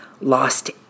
lost